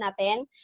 natin